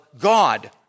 God